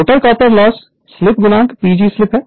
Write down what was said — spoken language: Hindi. rotor copper loss slip PG slip है